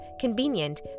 convenient